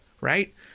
right